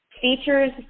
Features